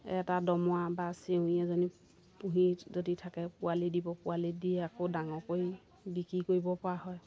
এটা দমৰা বা চেঁউৰী এজনী পুহি যদি থাকে পোৱালি দিব পোৱালি দি আকৌ ডাঙৰ কৰি বিক্ৰী কৰিবপৰা হয়